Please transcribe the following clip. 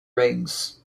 rings